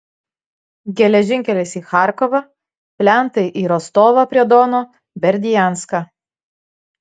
geležinkelis į charkovą plentai į rostovą prie dono berdianską